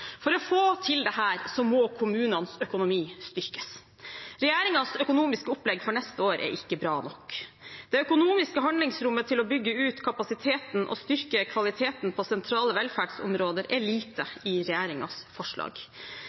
For å få til dette må kommunenes økonomi styrkes. Regjeringens økonomiske opplegg for neste år er ikke bra nok. Det økonomiske handlingsrommet til å bygge ut kapasiteten og styrke kvaliteten på sentrale velferdsområder er lite i regjeringens forslag.